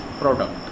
product